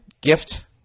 gift